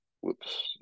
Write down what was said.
Whoops